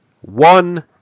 one